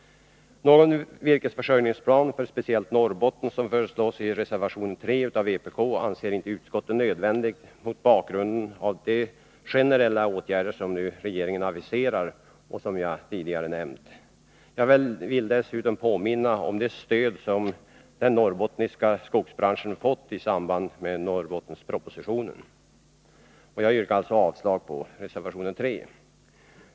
Någon virkesförsörjningsplan speciellt för Norrbotten, som föreslås i reservation 3 av vpk, anser inte utskottet nödvändig mot bakgrund av de generella åtgärder som regeringen aviserar och som jag tidigare nämnt. Jag vill dessutom påminna om det stöd som den norrbottniska skogsbranschen har fått i samband med Norrbottenspropositionen. Jag yrkar alltså avslag på reservation 3.